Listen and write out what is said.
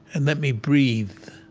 and let me breath